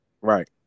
Right